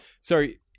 Sorry